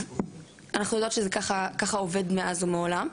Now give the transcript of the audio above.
אנחנו יודעות שזה ככה עובד מאז ומעולם.